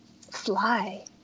fly